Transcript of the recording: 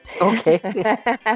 Okay